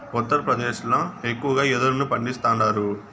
ఉత్తరప్రదేశ్ ల ఎక్కువగా యెదురును పండిస్తాండారు